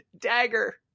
dagger